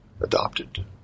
adopted